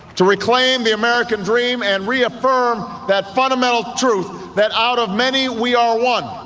to reclaim the american dream and reaffirm that fundamental truth, that out of many we are one,